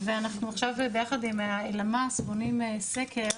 ואנחנו עכשיו ביחד עם הלמ"ס בונים סקר